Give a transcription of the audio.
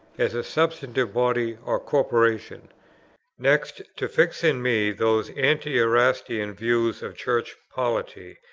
as a substantive body or corporation next to fix in me those anti-erastian views of church polity,